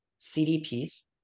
CDPs